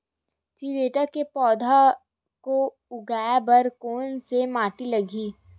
चिरैता के पौधा को उगाए बर कोन से माटी लगही?